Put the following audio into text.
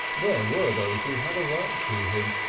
there were those who had a right to him,